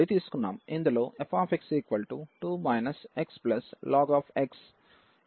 ఇందులో f 2 x ln x